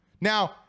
Now